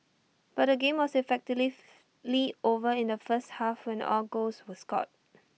but the game was effectively over in the first half when all goals were scored